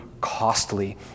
costly